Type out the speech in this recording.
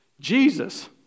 Jesus